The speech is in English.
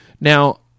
Now